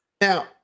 Now